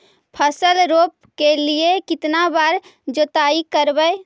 फसल रोप के लिय कितना बार जोतई करबय?